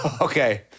Okay